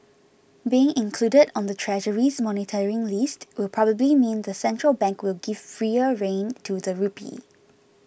being included on the Treasury's monitoring list will probably mean the central bank will give freer rein to the rupee